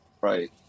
right